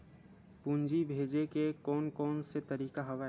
पूंजी भेजे के कोन कोन से तरीका हवय?